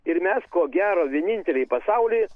ir mes ko gero vieninteliai pasauly